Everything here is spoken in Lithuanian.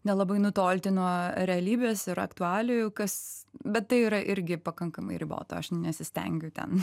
nelabai nutolti nuo realybės ir aktualijų kas bet tai yra irgi pakankamai ribota aš nesistengiu ten